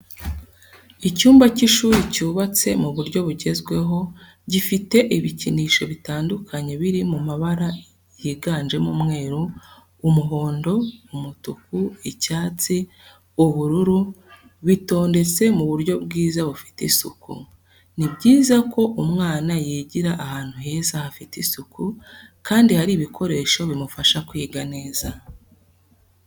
Icyumba cy'ishuri cyubatse mu buryo bugezweho, gifite ibikinisho bitandukanye biri mu mabara yiganjemo umweru, umuhondo, umutuku, icyatsi, ubururu, bitondetse mu buryo bwiza bufite isuku. Ni byiza ko umwana yigira ahantu heza hafite isuku kandi hari ibikoresho bimufasha kwiga neza.